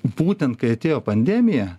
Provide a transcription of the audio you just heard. būtent kai atėjo pandemija